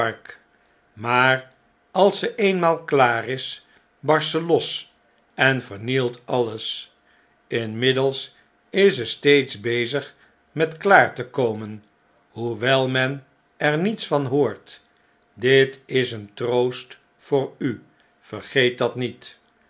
maar als ze eenmaal klaar is barst ze los en vernielt alles inmiddels is ze steeds bezig met klaar te komen hoewel men er niets van hoort dit is een troost voor u vergeet dat niet